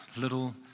little